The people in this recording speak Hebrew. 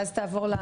ואז תעבור.